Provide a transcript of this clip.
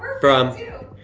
from he